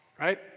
right